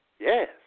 Yes